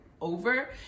over